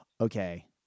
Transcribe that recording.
okay